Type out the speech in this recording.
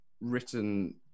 written